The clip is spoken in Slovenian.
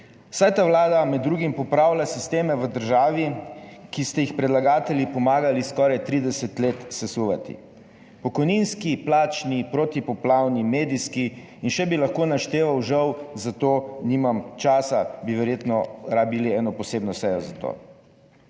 saj ta vlada med drugim popravlja sisteme v državi, ki ste jih predlagatelji pomagali skoraj 30 let sesuvati, pokojninski, plačni, protipoplavni, medijski in še bi lahko našteval, žal za to nimam časa, bi verjetno rabili eno posebno sejo za to.